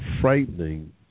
frightening